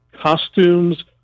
costumes